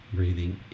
Breathing